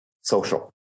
social